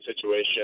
situation